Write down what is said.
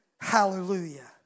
Hallelujah